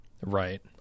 Right